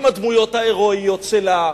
עם הדמויות ההירואיות שלו,